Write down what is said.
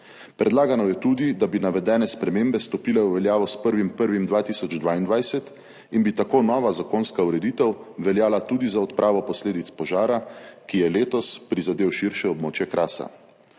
Predlagano je tudi, da bi navedene spremembe stopile v veljavo s 1. 1. 2022 in bi tako nova zakonska ureditev veljala tudi za odpravo posledic požara, ki je letos prizadel širše območje Krasa.